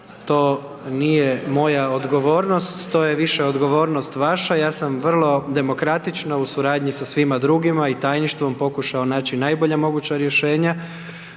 To nije moja odgovornost, to je više odgovornost vaša. Ja sam vrlo demokratičan u suradnji sa svima drugima i tajništvom pokušao naći najbolja moguća rješenja,